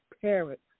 parents